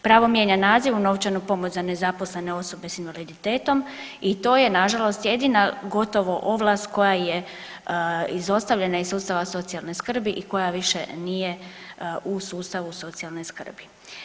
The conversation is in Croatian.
Pravo mijenja naziv u novčanu pomoć za nezaposlene osobe sa invaliditetom i to je na žalost jedina gotovo ovlast koja je izostavljena iz sustava socijalne skrbi i koja više nije u sustavu socijalne skrbi.